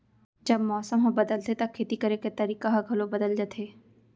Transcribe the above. जब मौसम ह बदलथे त खेती करे के तरीका ह घलो बदल जथे?